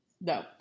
No